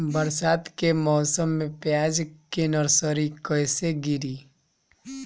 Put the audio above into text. बरसात के मौसम में प्याज के नर्सरी कैसे गिरी?